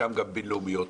חלקן בין לאומיות,